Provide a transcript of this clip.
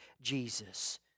Jesus